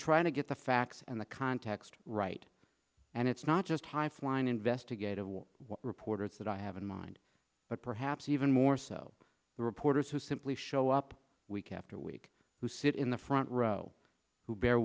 try to get the facts and the context right and it's not just high flying investigative reporters that i have in mind but perhaps even more so the reporters who simply show up week after week who sit in the front row who bear